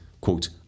quote